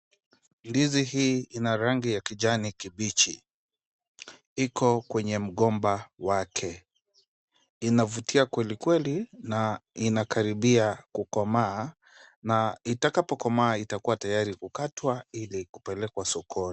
Ndizi hii ina rangi ya kijani kibichi. Iko kwenye mgomba wake. Inavutia kweli kweli na inakaribia kukomaa na itakapokomaa itakuwa tayari kukatwa ili kupelekwa sokoni.